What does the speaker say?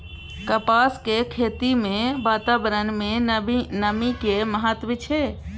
कपास के खेती मे वातावरण में नमी के की महत्व छै?